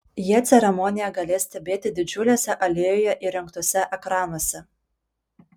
jie ceremoniją galės stebėti didžiuliuose alėjoje įrengtuose ekranuose